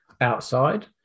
outside